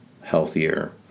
healthier